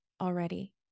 already